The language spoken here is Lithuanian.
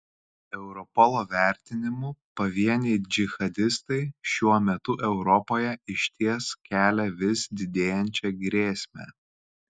europolo vertinimu pavieniai džihadistai šiuo metu europoje išties kelia vis didėjančią grėsmę